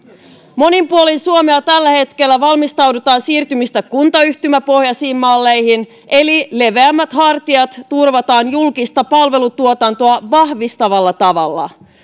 monin puolin suomea tällä hetkellä valmistellaan siirtymistä kuntayhtymäpohjaisiin malleihin eli leveämmät hartiat turvataan julkista palvelutuotantoa vahvistavalla tavalla